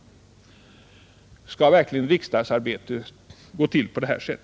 Skall riksdagsarbetet verkligen gå till på detta sätt?